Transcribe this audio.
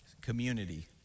Community